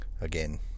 again